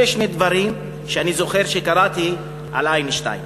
אלה שני דברים שאני זוכר שקראתי על איינשטיין.